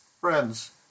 Friends